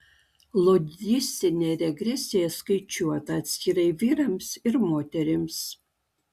logistinė regresija skaičiuota atskirai vyrams ir moterims